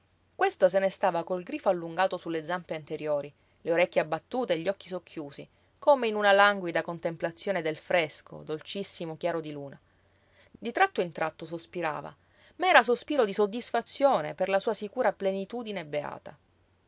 questa se ne stava col grifo allungato su le zampe anteriori le orecchie abbattute e gli occhi socchiusi come in una languida contemplazione del fresco dolcissimo chiaro di luna di tratto in tratto sospirava ma era sospiro di soddisfazione per la sua sicura plenitudine beata